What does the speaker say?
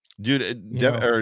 Dude